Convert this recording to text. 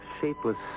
shapeless